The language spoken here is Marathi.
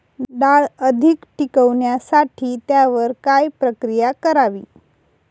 डाळ अधिक टिकवण्यासाठी त्यावर काय प्रक्रिया करावी?